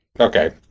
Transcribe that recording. Okay